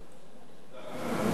תודה.